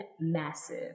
massive